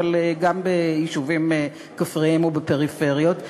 אבל גם ביישובים כפריים ובפריפריות,